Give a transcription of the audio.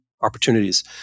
Opportunities